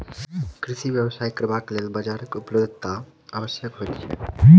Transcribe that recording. कृषि व्यवसाय करबाक लेल बाजारक उपलब्धता आवश्यक होइत छै